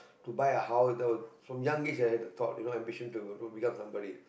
to buy house that was from young age I had a thought you know ambition to to become somebody